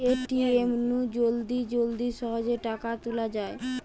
ATM নু জলদি জলদি সহজে টাকা তুলা যায়